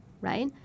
right